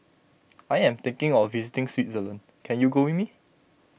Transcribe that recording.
I am thinking of visiting Switzerland can you go with me